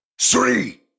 three